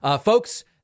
folks